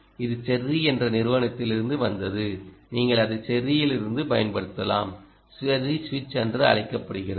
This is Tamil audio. இது செர்ரி என்ற நிறுவனத்திலிருந்து வந்தது நீங்கள் அதை செர்ரியிலிருந்து பயன்படுத்தலாம் செர்ரி சுவிட்ச் என்று அழைக்கப்படுகிறது